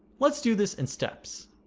let's do this in steps